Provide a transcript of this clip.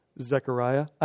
Zechariah